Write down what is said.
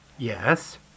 Yes